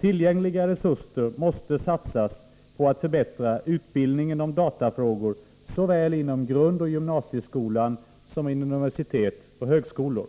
Tillgängliga resurser måste satsas på att förbättra utbildningen i datafrågor såväl inom grundoch gymnasieskolan som inom universitet och högskolor.